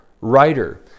writer